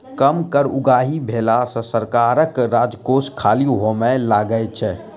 कम कर उगाही भेला सॅ सरकारक राजकोष खाली होमय लगै छै